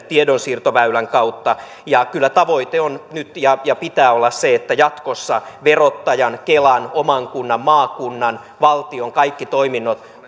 tiedonsiirtoväylän kautta ja kyllä tavoite on nyt ja sen pitää olla että jatkossa verottajan kelan oman kunnan maakunnan ja valtion kaikki toiminnot